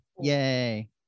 yay